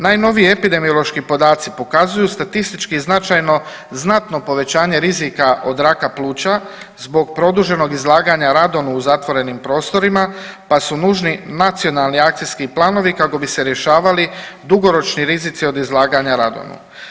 Najnoviji epidemiološki podaci pokazuju statistički značajno znatno povećanje rizika od raka pluća zbog produženog izlaganja radonu u zatvorenim prostorima, pa su nužni nacionalni akcijski planovi kako bi se rješavali dugoročni rizici od izlaganja radonu.